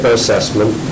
assessment